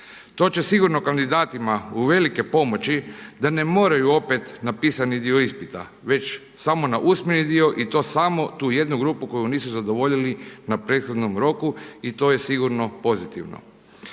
To će sigurno kandidatima uvelike pomoći da ne moraju opet na pisani dio ispita već samo na usmeni dio i to samo tu jednu grupu koju nisu zadovoljili na prethodno roku i to je sigurno pozitivno.